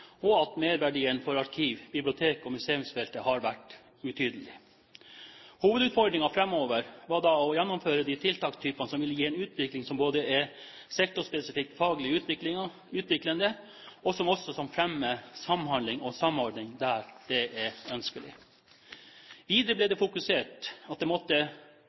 og at merverdien for arkiv-, bibliotek- og museumsfeltet har vært utydelig. Hovedutfordringen framover var da å gjennomføre de tiltakstypene som ville gi en utvikling som både var sektorspesifikt faglig utviklende, og som også fremmet samhandling og samordning der det var ønskelig. Videre ble det fokusert på at det måtte